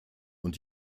und